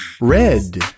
Red